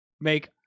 make